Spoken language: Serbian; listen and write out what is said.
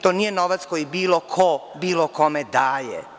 To nije novac koji bilo ko bilo kome daje.